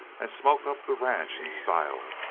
and smoke up the ranch in style.